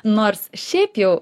nors šiaip jau